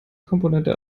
komponente